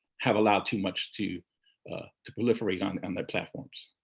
have allowed too much to to proliferate on and their platforms.